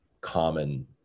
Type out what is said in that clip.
common